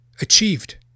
achieved